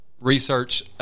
research